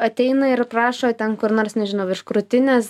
ateina ir prašo ten kur nors nežinau virš krūtinės